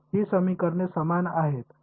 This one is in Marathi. ही समीकरणे समान आहेत